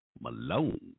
Malone